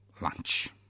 lunch